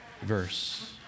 verse